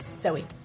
Zoe